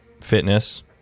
Fitness